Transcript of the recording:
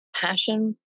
passion